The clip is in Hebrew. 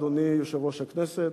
אדוני יושב-ראש הכנסת,